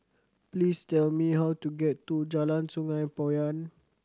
please tell me how to get to Jalan Sungei Poyan